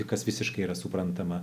kas visiškai yra suprantama